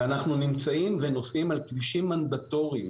אנחנו נמצאים ונוסעים על כבישים מנדטוריים